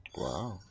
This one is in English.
Wow